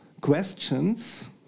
questions